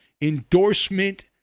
Endorsement